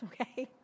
Okay